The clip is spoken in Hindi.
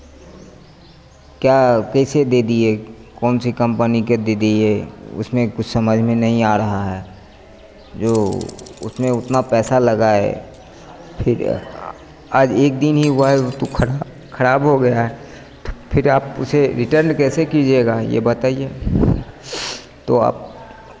क्या कैसे दे दिए कौन सी कम्पनी के दे दिए उसमें कुछ समझ में नहीं आ रहा है जो उसमें उतना पैसा लगा है फिर आज एक दिन ही हुआ है वह तो खराब हो गया है तो फिर आप उसे रिटर्न कैसे कीजिएगा यह बताइए तो आप